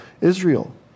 Israel